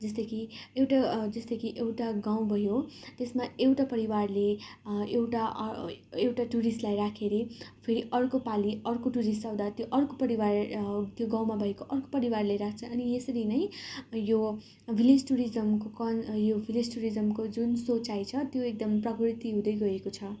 जस्तै कि एउटा जस्तो कि एउटा गाउँ भयो त्यसमा एउटा परिवारले एउटा एउटा टुरिस्टलाई राखे रे फेरि अर्कोपालि अर्को टुरिस्ट आउँदा त्यो अर्को परिवार त्यो गाउँमा भएको अर्को परिवारले राख्छ अनि यसरी नै यो भिलेज टुरिज्मको कन् यो भिलेज टुरिज्मको जुन सोचाइ छ त्यो एकदम प्रवृत्ति हुँदैगएको छ